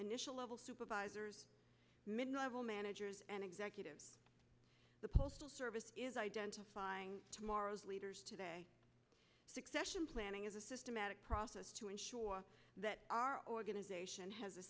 initial level supervisors mid level managers and executives the postal service is identifying tomorrow's leaders today succession planning is a systematic process to ensure that our organization has a